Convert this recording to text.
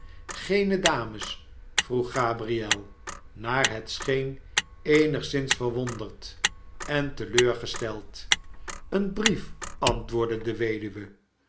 geene dames vroeg gabriel naar het scheen eenigszins verwonderd en te leur gesteld een brief antwoordde de weduwe